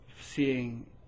seeing